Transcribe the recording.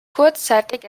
kurzzeitig